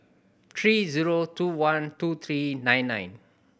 three zero two one two three nine nine